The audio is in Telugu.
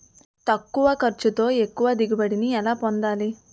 తక్కువ ఖర్చుతో ఎక్కువ దిగుబడి ని ఎలా పొందాలీ?